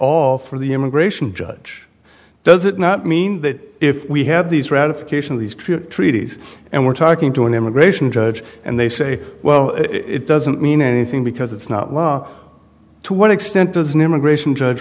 all for the immigration judge does it not mean that if we have these ratification of these treaties and we're talking to an immigration judge and they say well it doesn't mean anything because it's not law to what extent does new immigration judge